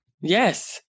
Yes